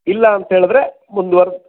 ಇಲ್ಲ ಅಂತ ಹೇಳಿದರೆ ಮುಂದ್ವರ್ಸ್